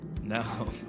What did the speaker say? No